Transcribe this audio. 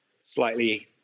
slightly